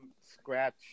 Scratch